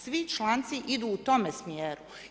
Svi članci idu u tome smjeru.